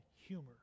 humor